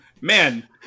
Man